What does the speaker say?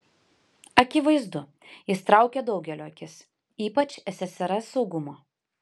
akivaizdu jis traukė daugelio akis ypač ssrs saugumo